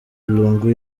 lungu